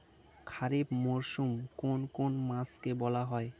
খারিফ মরশুম কোন কোন মাসকে বলা হয়?